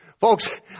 Folks